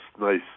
nice